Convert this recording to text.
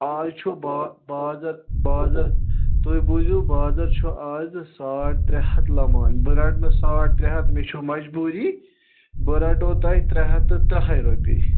آز چھُو با بازَر بازَر تُہۍ بوٗزیو بازَر چھُ آز ساڑ ترٛےٚ ہَتھ لَمان بہٕ رَٹنہٕ ساڑ ترٛےٚ ہَتھ مےٚ چھے مجبوٗری بہٕ رَٹو توہہِ ترٛےٚ ہَتھ تہٕ تٕرٕٛہاے رۄپیہِ